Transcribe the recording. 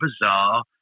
bizarre